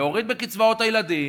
להוריד בקצבאות הילדים,